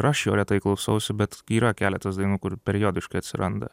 ir aš jo retai klausausi bet yra keletas dainų kur periodiškai atsiranda